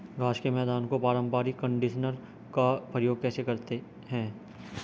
घास के मैदान में पारंपरिक कंडीशनर का प्रयोग कैसे करते हैं?